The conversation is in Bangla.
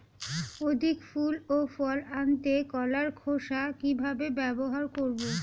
অধিক ফুল ও ফল আনতে কলার খোসা কিভাবে ব্যবহার করব?